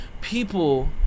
people